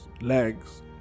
legs